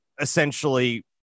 essentially